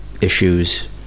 issues